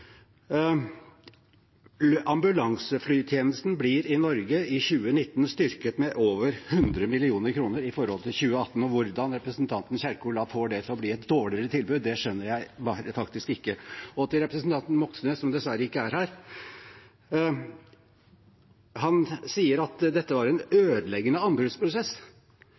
Ambulanseflytjenesten blir i Norge i 2019 styrket med over 100 mill. kr i forhold til 2018. Hvordan representanten Kjerkol får det til å bli et dårligere tilbud, skjønner jeg faktisk ikke. Til representanten Moxnes, som dessverre ikke er her: Han sier at dette var en ødeleggende